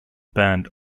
band